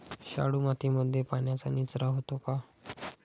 शाडू मातीमध्ये पाण्याचा निचरा होतो का?